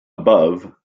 above